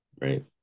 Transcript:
right